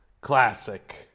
classic